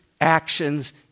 actions